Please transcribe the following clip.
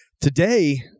today